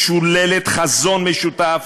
משוללת חזון משותף,